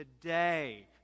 Today